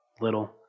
little